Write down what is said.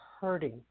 hurting